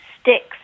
sticks